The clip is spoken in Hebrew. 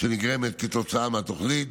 שנגרמת כתוצאה מהתוכנית.